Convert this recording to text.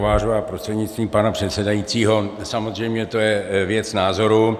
Kovářová prostřednictvím pana předsedajícího, samozřejmě to je věc názoru.